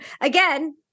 again